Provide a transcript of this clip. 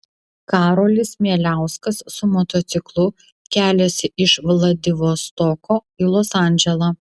karolis mieliauskas su motociklu keliasi iš vladivostoko į los andželą